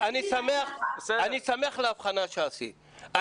שמח על ההבחנה שעשית.